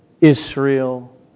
Israel